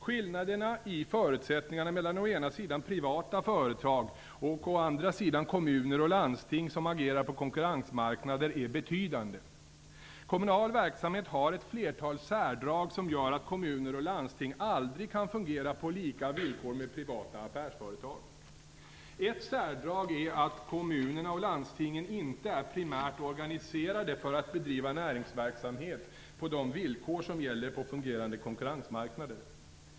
Skillnaderna i förutsättningarna mellan å ena sidan privata företag och å andra sidan kommuner och landsting som agerar på konkurrensmarknader är betydande. Kommunal verksamhet har ett flertal särdrag som gör att kommuner och landsting aldrig kan fungera på lika villkor med privata affärsföretag. Ett särdrag är att kommunerna och landstingen inte är primärt organiserade för att bedriva näringsverksamhet på de villkor som gäller på fungerande konkurrensmarknader.